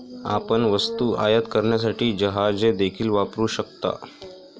आपण वस्तू आयात करण्यासाठी जहाजे देखील वापरू शकता